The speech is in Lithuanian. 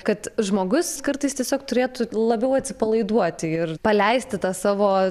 kad žmogus kartais tiesiog turėtų labiau atsipalaiduoti ir paleisti tą savo